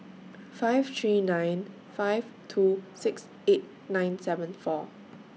five three nine five two six eight nine seven four